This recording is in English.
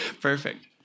Perfect